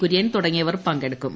കു ര്യൻ തുടങ്ങിയവർ പങ്കെടുക്കും